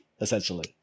essentially